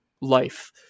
life